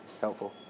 Helpful